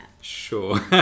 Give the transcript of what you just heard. Sure